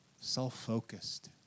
self-focused